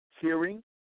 hearing